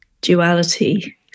duality